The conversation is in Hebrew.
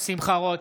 שמחה רוטמן,